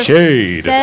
Shade